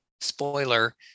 spoiler